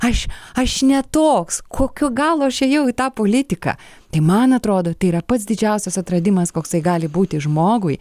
aš aš ne toks kokio galo aš ėjau į tą politiką tai man atrodo tai yra pats didžiausias atradimas koksai gali būti žmogui